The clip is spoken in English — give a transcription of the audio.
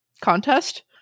contest